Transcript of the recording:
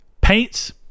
paints